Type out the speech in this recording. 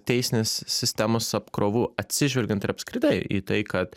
teisinės sistemos apkrovų atsižvelgiant ir apskritai į tai kad